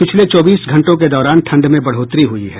पिछले चौबीस घंटों के दौरान ठंड में बढ़ोतरी हुई है